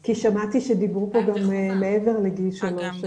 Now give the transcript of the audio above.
כי שמעתי שדיברו פה מעבר לגיל שלוש,